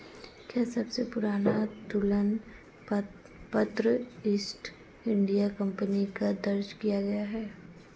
क्या सबसे पुराना तुलन पत्र ईस्ट इंडिया कंपनी का दर्ज किया गया है?